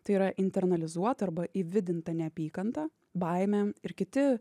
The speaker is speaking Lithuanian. tai yra internalizuota arba įvidinta neapykanta baimė ir kiti